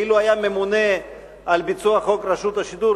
ואילו היה ממונה על ביצוע חוק רשות השידור,